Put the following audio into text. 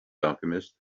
alchemist